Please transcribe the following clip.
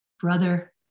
brother